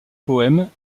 poèmes